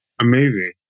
Amazing